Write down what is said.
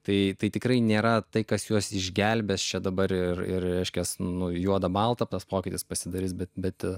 tai tai tikrai nėra tai kas juos išgelbės čia dabar ir ir reiškias nu juoda balta tas pokytis pasidarys bet bet